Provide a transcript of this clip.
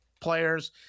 players